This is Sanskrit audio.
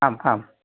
आम् आम्